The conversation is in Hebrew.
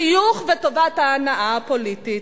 על החיוך וטובת ההנאה הפוליטית,